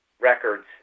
records